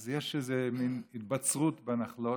אז יש איזו מין התבצרות בנחלות,